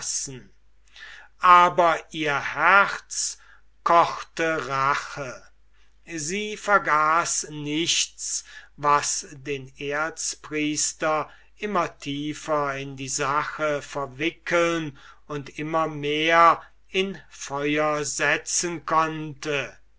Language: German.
aber ihr herz kochte rache sie vergaß nichts was den erzpriester immer tiefer in die sache verwickeln und immer in feuer setzen konnte